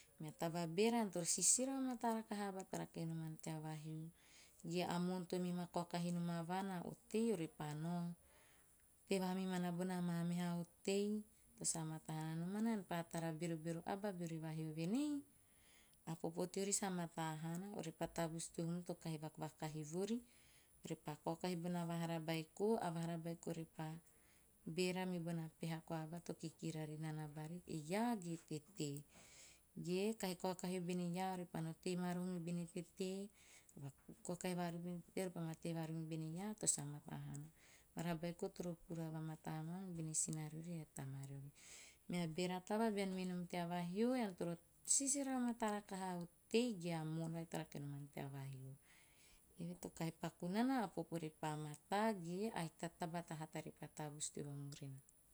Mea taba bera ean toro sisira va mata rakaha a aba to rake nom an tea vahio. Ge a moon to kaokahi nom a vaan a otei orepa nao tei vaha mmi mana bona ma meha otei to sa mata haana. Nomana bean tara berobero aba beori vahio venei, a popo teori sa mataa haana repa tavus teo huum to kahi vak vakah riori. Orepa kaokahi bona vahara baiko, vahara baiko repa bera ni bona peha koa aba topa kikira ri nana pari e iaa ge tetee. Ge kahi kao kahi bene iaa orepa ma tei mi bene iaa, to sa mata haana. Vahara baiko toro pura va mata ma mi bene sina riori ae tama riori mea bera taba bean mei nom tea vahio ean toro sisira vamata rakaha a otei ge a moon to rake nom ann tea vahio. Eve to kahi paku nana a popo repa mataa ge ahiki ta taba ta hata pa tavus teo va murina.